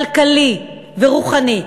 כלכלי ורוחני.